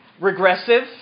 regressive